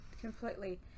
completely